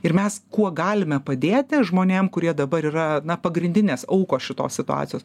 ir mes kuo galime padėti žmonėm kurie dabar yra pagrindinės aukos šitos situacijos